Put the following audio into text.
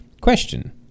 question